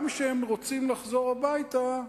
גם כשהם רוצים לחזור הביתה,